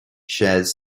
shares